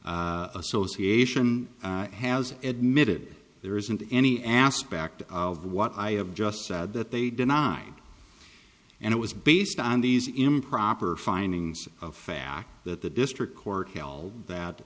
trades association has admitted there isn't any aspect of what i have just said that they denied and it was based on these improper findings of fact that the district court held that